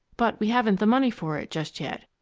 but we haven't the money for it just yet.